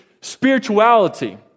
spirituality